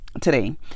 today